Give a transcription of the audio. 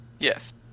Yes